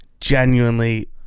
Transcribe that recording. genuinely